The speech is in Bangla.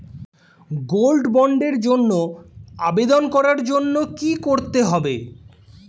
গোল্ড বন্ডের জন্য আবেদন করার জন্য কি করতে হবে?